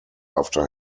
after